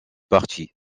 parti